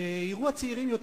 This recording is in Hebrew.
שיראו הצעירים יותר,